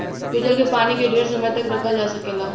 भूजल के पानी के ढेर समय तक रखल जा सकेला